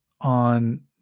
on